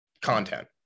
content